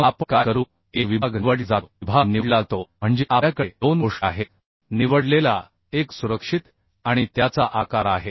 मग आपण काय करू एक विभाग निवडला जातो विभाग निवडला जातो म्हणजे आपल्याकडे दोन गोष्टी आहेतनिवडलेला एक सुरक्षित आणि त्याचा आकार आहे